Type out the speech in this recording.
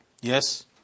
Yes